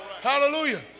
Hallelujah